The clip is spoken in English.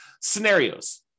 scenarios